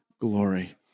glory